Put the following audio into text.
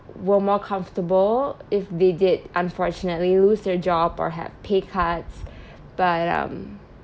were more comfortable if they did unfortunately lose their job or have pay cuts but um